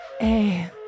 hey